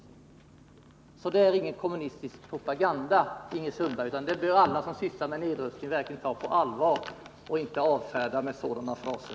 Det här är alltså ingen kommunistisk propaganda, Ingrid Sundberg, utan alla som sysslar med nedrustning bör verkligen ta det på allvar och inte avfärda det med sådana fraser.